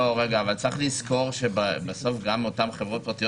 צריך לזכור שבסוף גם אותן חברות פרטיות